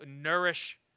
nourish